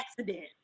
accident